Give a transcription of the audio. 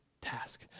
task